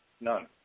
none